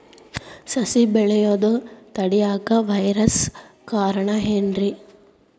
ಸಸಿ ಬೆಳೆಯುದ ತಡಿಯಾಕ ವೈರಸ್ ಕಾರಣ ಏನ್ರಿ?